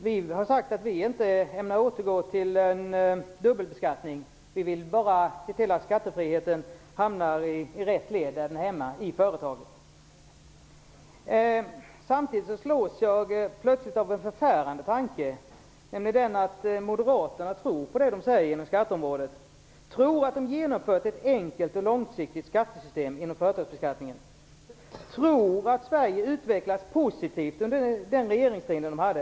Fru talman! Vi i Vänsterpartiet vill inte återgå till en dubbelbeskattning. Vi vill bara se till att skattefriheten hamnar i rätt led, dvs. i företagen, där den hör hemma. Jag slås av en förfärande tanke, nämligen att moderaterna tror på det som de säger när det gäller skatteområdet. De tycks tro att de genomfört ett enkelt och långsiktigt skattesystem inom företagsbeskattningen. De tycks tro att Sverige utvecklats positivt under den regeringstid som de hade.